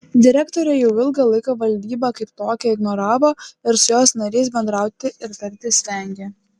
direktorė jau ilgą laiką valdybą kaip tokią ignoravo ir su jos nariais bendrauti ir tartis vengė